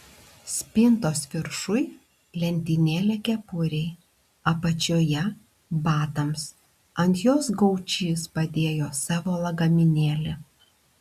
spintos viršuj lentynėlė kepurei apačioje batams ant jos gaučys padėjo savo lagaminėlį